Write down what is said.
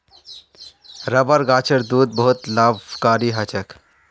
rubber गाछेर दूध बहुत लाभकारी ह छेक